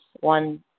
one